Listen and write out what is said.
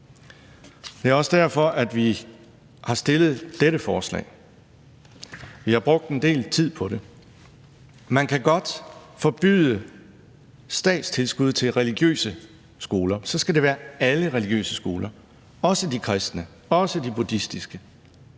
Det er også derfor, at vi har fremsat dette forslag, som vi har brugt en del tid på. Man kan godt forbyde statstilskud til religiøse skoler, men så skal det være alle religiøse skoler, også de katolske og andre kristne